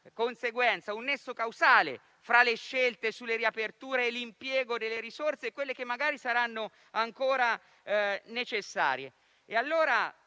conseguenza e un nesso causale fra le scelte sulle riaperture e l'impiego delle risorse attuali e di quelle che magari saranno ancora necessarie.